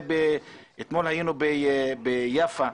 אתמול היינו ביפו,